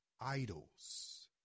idols